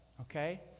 okay